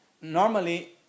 normally